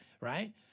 right